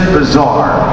bizarre